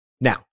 Now